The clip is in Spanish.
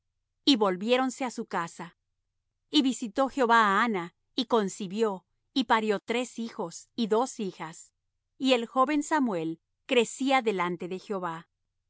y volviéronse á su casa y visitó jehová á anna y concibió y parió tres hijos y dos hijas y el joven samuel crecía delante de jehová